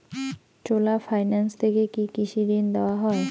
চোলা finance থেকে কি কৃষি ঋণ দেওয়া হয়?